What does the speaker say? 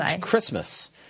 Christmas